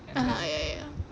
(uh huh) ya ya ya